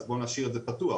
אבל בואו נשאיר את זה פתוח.